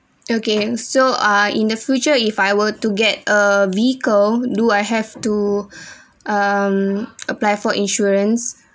okay so ah in the future if I were to get a vehicle do I have to um apply for insurance